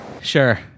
Sure